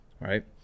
right